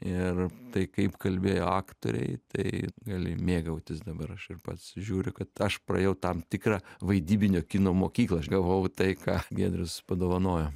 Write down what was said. ir tai kaip kalbėjo aktoriai tai gali mėgautis dabar aš ir pats žiūriu kad aš praėjau tam tikrą vaidybinio kino mokyklą aš gavau tai ką giedrius padovanojo